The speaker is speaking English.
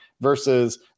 versus